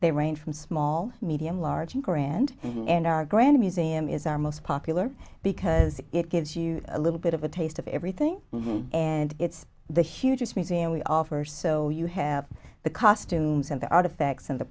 they range from small medium large and grand and our grand museum is our most popular because it gives you a little bit of a taste of everything and it's the hugest museum we offer so you have the costumes and the artifacts and the